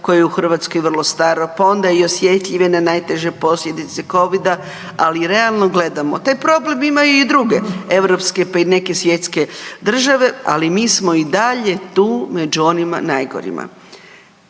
koje je u Hrvatskoj vrlo staro pa onda i osjetljive na najteže posljedice COVID-a, ali realno gledamo, taj problem imaju u druge europske pa i neke svjetske države, ali mi smo dalje tu među onima najgorima.